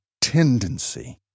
tendency